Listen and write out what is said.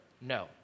No